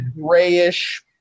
grayish